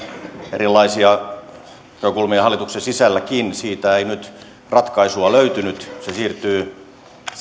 erilaisia näkökulmia hallituksen sisälläkin siitä ei nyt ratkaisua löytynyt se siirtyy